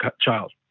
child